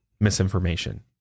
misinformation